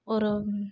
ஒரு